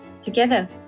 together